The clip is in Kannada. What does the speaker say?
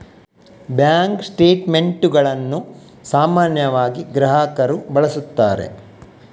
ಬ್ಯಾಂಕ್ ಸ್ಟೇಟ್ ಮೆಂಟುಗಳನ್ನು ಸಾಮಾನ್ಯವಾಗಿ ಗ್ರಾಹಕರು ಬಳಸುತ್ತಾರೆ